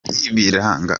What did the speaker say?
ibiranga